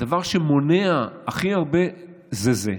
הדבר שמניע הכי הרבה זה זה.